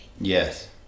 Yes